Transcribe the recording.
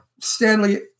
Stanley